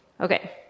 Okay